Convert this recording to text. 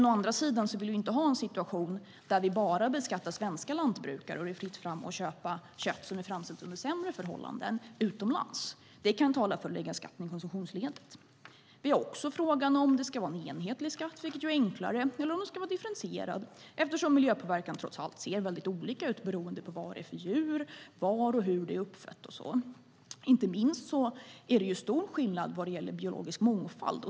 Å andra sidan vill vi inte ha en situation där vi bara beskattar svenska lantbrukare och det är fritt fram att köpa kött som är framställt under sämre förhållanden utomlands. Det kan tala för att lägga skatten i konsumtionsledet. Det är också frågan om det ska vara en enhetlig skatt, vilket är enklare, eller om den ska vara differentierad. Miljöpåverkan ser trots allt väldigt olika ut beroende på vad det är för djur och var och hur det är uppfött. Det är inte minst väldigt stor skillnad vad gäller biologisk mångfald.